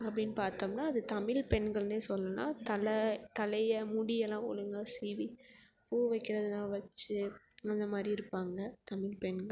அப்படின்னு பார்த்தோம்னா அது தமிழ் பெண்கள்னே சொல்லலாம் தலை தலையை முடியெல்லாம் ஒழுங்கா சீவி பூ வைக்கிறதுன்னா வச்சு அந்த மாதிரி இருப்பாங்க தமிழ் பெண்கள்